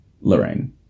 Lorraine